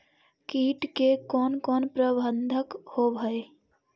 किट के कोन कोन प्रबंधक होब हइ?